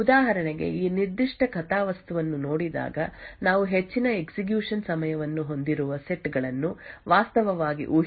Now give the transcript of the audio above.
ಉದಾಹರಣೆಗೆ ಈ ನಿರ್ದಿಷ್ಟ ಕಥಾವಸ್ತುವನ್ನು ನೋಡಿದಾಗ ನಾವು ಹೆಚ್ಚಿನ ಎಕ್ಸಿಕ್ಯೂಶನ್ ಸಮಯವನ್ನು ಹೊಂದಿರುವ ಸೆಟ್ ಗಳನ್ನು ವಾಸ್ತವವಾಗಿ ಊಹಿಸಬಹುದು